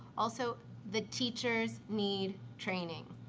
also the teachers need training.